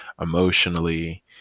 emotionally